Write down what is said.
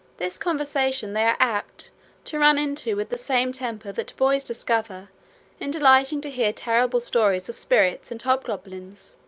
this conversation they are apt to run into into with the same temper that boys discover in delighting to hear terrible stories of spirits and hobgoblins,